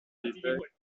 feedback